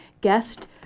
guest